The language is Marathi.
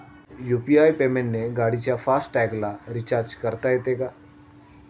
यु.पी.आय पेमेंटने गाडीच्या फास्ट टॅगला रिर्चाज करता येते का?